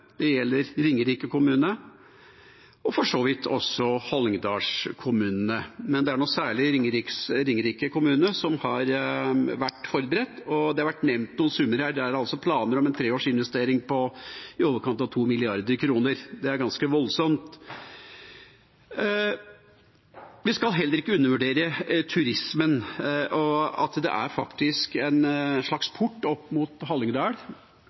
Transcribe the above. det gjelder Ringerike kommune og for så vidt også hallingdalskommunene. Men det er særlig Ringerike kommune som har vært forberedt. Det har vært nevnt noen summer her, og det er altså planer om en treårsinvestering på i overkant av 2 mrd. kr. Det er ganske voldsomt. Vi skal heller ikke undervurdere turismen, og at dette faktisk er en slags port opp mot Hallingdal